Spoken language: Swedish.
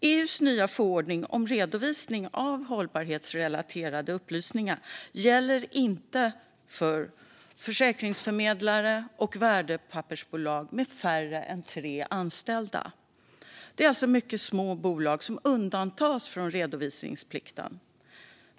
EU:s nya förordning om redovisning av hållbarhetsrelaterade upplysningar gäller inte för försäkringsförmedlare och värdepappersbolag med färre än tre anställda. Det är alltså mycket små bolag som undantas från redovisningsplikten.